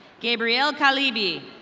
gabriel calidi.